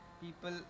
people